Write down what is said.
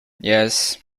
yes